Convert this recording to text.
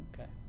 okay